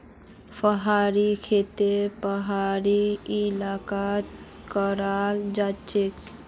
पहाड़ी खेती पहाड़ी इलाकात कराल जाछेक